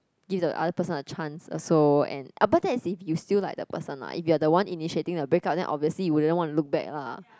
give the other person a chance also and ah but that's if you still like that person lah if you are the one initiating the break up then obviously you don't want to look back lah